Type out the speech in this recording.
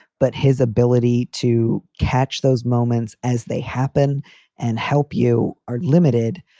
but his ability to catch those moments as they happen and help you are limited.